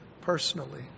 personally